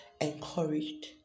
encouraged